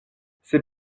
c’est